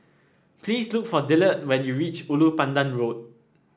please look for Dillard when you reach Ulu Pandan Road